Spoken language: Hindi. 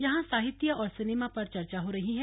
यहां साहित्य और सिनेमा पर चर्चा हो रही है